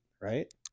right